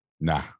Nah